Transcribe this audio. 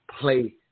play